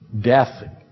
Death